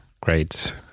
great